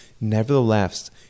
Nevertheless